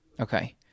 Okay